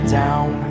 down